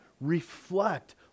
reflect